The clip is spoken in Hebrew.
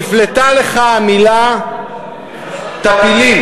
נפלטה לך המילה "טפילים".